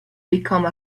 become